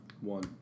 One